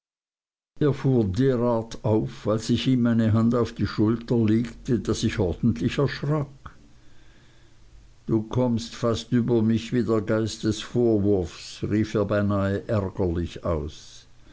fuhr derart auf als ich ihm meine hand auf die schulter legte daß ich ordentlich erschrak du kommst fast über mich wie der geist des vorwurfs rief er beinahe ärgerlich aus